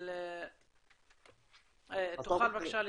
אם תוכל לעכשיו להתייחס.